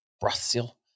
Brazil